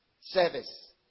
service